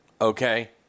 Okay